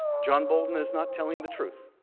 john bolton is not telling the truth.